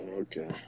okay